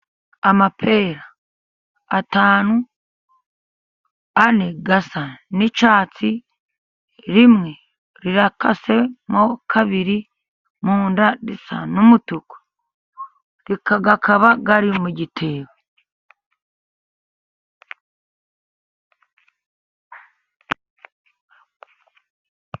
Amapera atanu. Ane asa n'icyatsi, rimwe rikasemo kabiri, mu nda risa n'umutuku. Akaba ari mu gitebo.